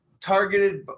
targeted